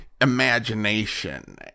imagination